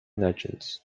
legends